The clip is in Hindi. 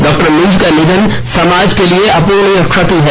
डॉ मिंज का निधन समाज के लिए अप्रणीय क्षति है